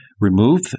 remove